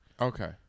Okay